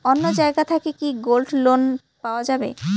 অন্য জায়গা থাকি কি গোল্ড লোন পাওয়া যাবে?